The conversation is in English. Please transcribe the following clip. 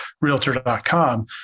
Realtor.com